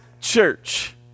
church